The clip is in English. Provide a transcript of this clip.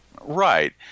Right